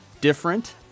different